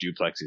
duplexes